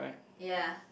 ya